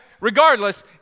Regardless